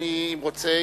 אדוני אם רוצה,